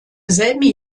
selben